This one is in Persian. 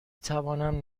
توانم